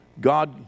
God